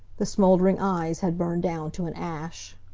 the smoldering eyes had burned down to an ash.